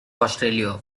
australia